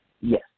yes